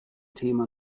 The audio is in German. thema